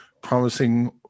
Promising